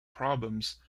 problems